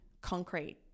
concrete